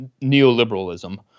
neoliberalism